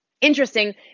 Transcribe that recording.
interesting